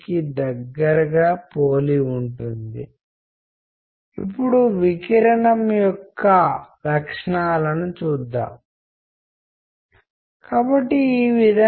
మీరు ఇద్దరు వ్యక్తులు ఒకరితో ఒకరు మాట్లాడుకోవడం గురించి మాట్లాడుతుంటే అప్పుడు వాళ్లు చేసే శబ్దాలు ఛానల్ ఏదైతే ఉచ్ఛరిస్తారో అది సందేశం